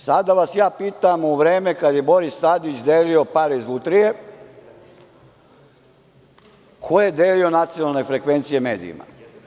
Sada vas ja pitam, u vreme kada je Boris Tadić delio pare iz Lutrije, ko je delio nacionalne frekvencije medijima?